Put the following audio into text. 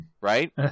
Right